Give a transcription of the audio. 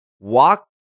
walk